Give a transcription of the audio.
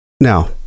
Now